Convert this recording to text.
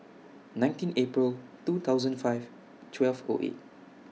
nineteen April two thousand five twelve O eight